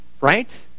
Right